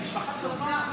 המשפחה צופה.